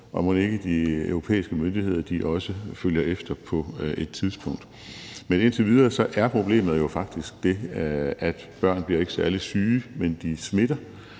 og mon ikke de europæiske myndigheder følger efter på et tidspunkt. Men indtil videre er problemet faktisk det, at børn ikke bliver særlig syge, men de smitter